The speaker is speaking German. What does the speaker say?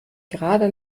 gerade